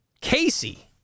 Casey